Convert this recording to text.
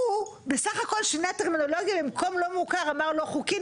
הוא בסך הכול שינה טרמינולוגיה במקום לא מוכר אמר לא חוקי,